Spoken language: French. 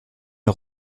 est